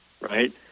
right